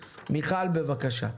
מיכל, בבקשה.